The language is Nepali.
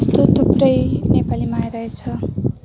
यस्तो थुप्रै नेपालीमा आइरहेछ